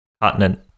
continent